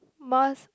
most